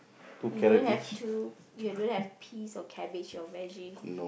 you don't have two you don't have peas or cabbage or veggie